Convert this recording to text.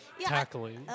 tackling